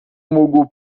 mógł